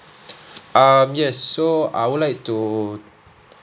um yes so I would like to